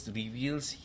reveals